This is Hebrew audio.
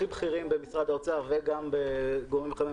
הכי בכירים במשרד האוצר וגם בממשלה,